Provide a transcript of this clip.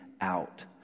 out